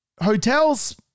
hotels